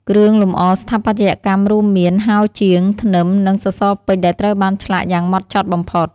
គ្រឿងលម្អស្ថាបត្យកម្មរួមមាន ហោជាង ធ្នឹម និងសសរពេជ្រ ដែលត្រូវបានឆ្លាក់យ៉ាងហ្មត់ចត់បំផុត។